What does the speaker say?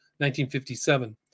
1957